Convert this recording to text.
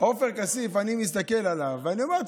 אני מסתכל עליו ואני אומר,